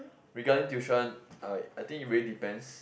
regarding tuition I I think it really depends